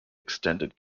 extended